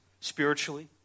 spiritually